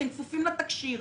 אתם כפופים לתקשי"ר.